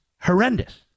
horrendous